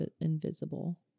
Invisible